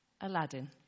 Aladdin